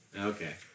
Okay